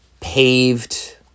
Paved